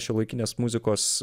šiuolaikinės muzikos